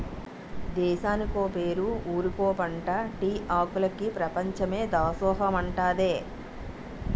దేశానికో పేరు ఊరికో పంటా టీ ఆకులికి పెపంచమే దాసోహమంటాదే